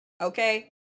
Okay